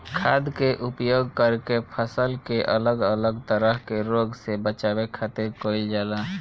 खाद्य के उपयोग करके फसल के अलग अलग तरह के रोग से बचावे खातिर कईल जाला